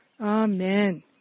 Amen